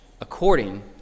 according